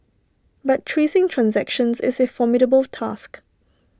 but tracing transactions is A formidable task